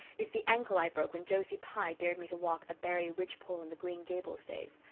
is the ankle i broke when josie pye dared me to walk the barry ridge-pole in the green gables days.